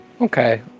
Okay